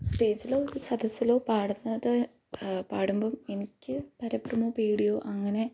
സ്റ്റേജിലോ സദസ്സിലോ പാടുന്നത് പാടുമ്പം എനിക്ക് പരിഭ്രമമോ പേടിയോ അങ്ങനെ